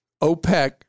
OPEC